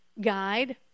guide